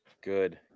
good